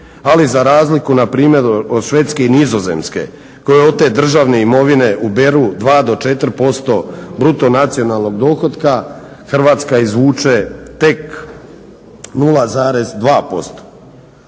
ali za razliku npr. od Švedske i Nizozemske koje od te državne imovine uberu 2 do 4% BDP-a Hrvatska izvuče tek 0,2%.